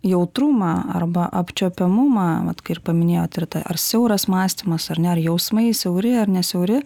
jautrumą arba apčiuopiamumą vat ką ir paminėjot ir tą ar siauras mąstymas ar ne ar jausmai siauri ar ne siauri